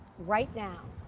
right now.